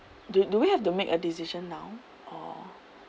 do do we have to make a decision now or